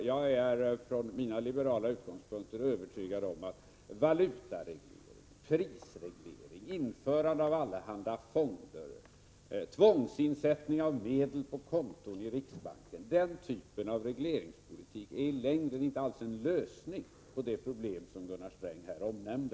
Jag är från mina liberala utgångspunkter övertygad om att valutareglering, prisreglering, införande av allehanda fonder, tvångsinsättningar av medel på konton i riksbanken och den typen av regleringspolitik i längden inte alls är någon lösning på de problem som Gunnar Sträng här nämnde.